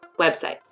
websites